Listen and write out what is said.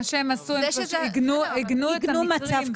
מה שהם עשו, הם עיגנו את המקרים.